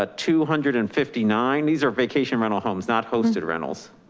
ah two hundred and fifty nine. these are vacation rental homes, not hosted rentals,